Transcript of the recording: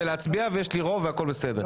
ולהצביע ויש לי רוב והכול בסדר.